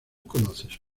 conoces